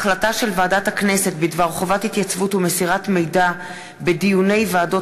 החלטה של ועדת הכנסת בדבר חובת התייצבות ומסירת מידע בדיוני ועדות